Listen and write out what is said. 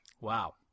Wow